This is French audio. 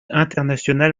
international